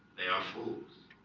they are fools